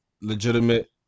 legitimate